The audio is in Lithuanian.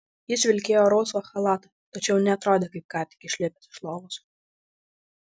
jis vilkėjo rausvą chalatą tačiau neatrodė kaip ką tik išlipęs iš lovos